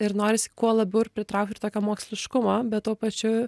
ir norisi kuo labiau ir pritraukti ir tokio moksliškumo bet tuo pačiu